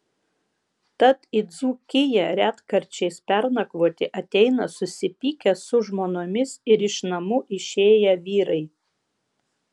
tad į dzūkiją retkarčiais pernakvoti ateina susipykę su žmonomis ir iš namų išėję vyrai